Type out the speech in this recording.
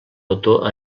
autor